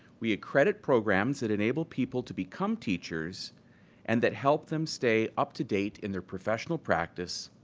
we accredit programs that enable people to become teachers and that help them stay up-to-date in their professional practise,